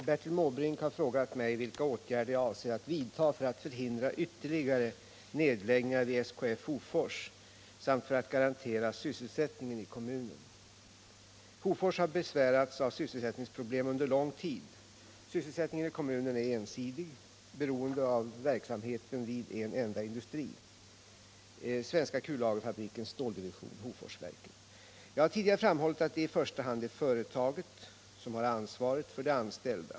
Herr talman! Herr Måbrink har frågat mig vilka åtgärder jag avser att vidta för att förhindra ytterligare nedläggningar vid SKF Hofors, samt för att garantera sysselsättningen i kommunen. Hofors har besvärats av sysselsättningsproblem under lång tid. Sysselsättningen i kommunen är ensidigt beroende av verksamheten vid en enda industri, Svenska Kullagerfabrikens ståldivision, Hoforsverken. Jag har tidigare framhållit att det i första hand är företaget som har ansvaret för de anställda.